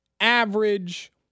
average